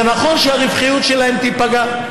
זה נכון שהרווחיות שלהן תיפגע,